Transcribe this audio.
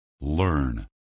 learn